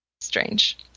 strange